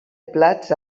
plats